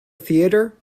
theater